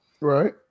Right